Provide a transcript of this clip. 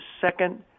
second